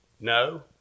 No